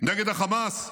נגד חמאס.